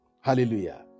Hallelujah